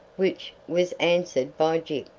which was answered by gyp,